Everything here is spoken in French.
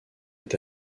est